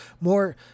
more